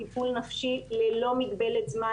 טיפול נפשי ללא מגבלת זמן,